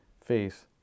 face